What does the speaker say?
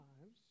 lives